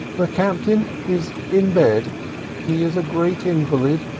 the captain is in bed he is a great invalid,